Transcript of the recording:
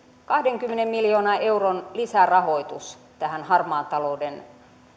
kahdenkymmenen miljoonan euron lisärahoitus tähän harmaan talouden